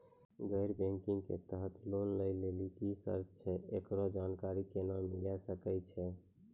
गैर बैंकिंग के तहत लोन लए लेली की सर्त छै, एकरो जानकारी केना मिले सकय छै?